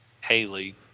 Haley